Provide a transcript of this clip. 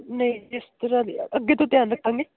ਨਹੀਂ ਜਿਸ ਤਰ੍ਹਾਂ ਦੀ ਅੱਗੇ ਤੋਂ ਧਿਆਨ ਰੱਖਾਂਗੇ